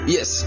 Yes